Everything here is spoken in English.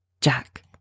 Jack